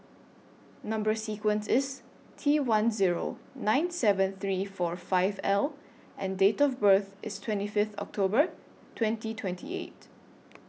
Number sequence IS T one Zero nine seven three four five L and Date of birth IS twenty Fifth October twenty twenty eight